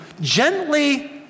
gently